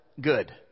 good